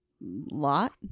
lot